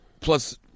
plus